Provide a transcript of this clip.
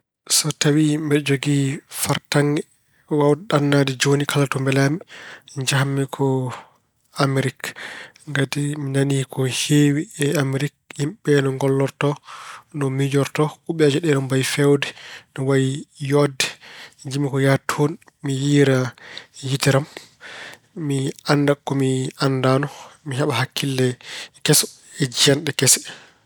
So tawi mbeɗa jogii fartaŋŋe waawde ɗannaade jooni kala to mbelaami njahammi ko Amerik. Ngati mi nani ko heewi e Amerik: yimɓe ɓe no gollorto, no miijorto, kuɓeeje ɗe no mbayi feewde, no wayi yooɗde. Jiɗmi ko yahde toon mi yiyra yitere am. Mi annda ko mi anndaano. Mi heɓa hakkille keso e jiyanɗe kese.